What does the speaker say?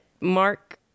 Mark